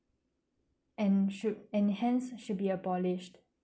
and should and hence should be abolished